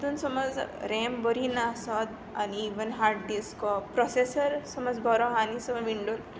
तातूंत समज रॅम बरी नासली आनी इवन हार्ड डिस्क प्रोसेसर जर बरो आसा न्हय आनी विंडोज